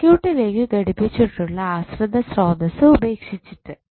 സർക്യൂട്ടിലേക് ഘടിപ്പിച്ചിട്ടുള്ള ആശ്രിത സ്രോതസ്സ് ഉപേക്ഷിച്ചിട്ട്